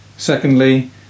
Secondly